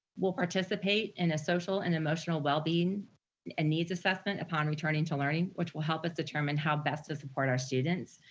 will participate in a social and emotional well-being and needs assessment upon returning to learning, which will help us determine how best to support our students.